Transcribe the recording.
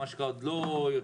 מה שנקרא עוד לא יוצאים,